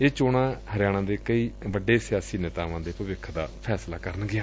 ਇਹ ਚੋਣਾਂ ਹਰਿਆਣਾ ਦੇ ਕਈ ਵੱਡੇ ਸਿਆਸੀ ਨੇਤਾਵਾਂ ਦਾ ਭਵਿੱਖ ਤੈਅ ਕਰਨਗੀਆਂ